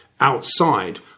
outside